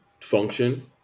function